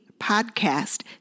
Podcast